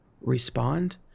respond